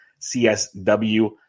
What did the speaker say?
CSW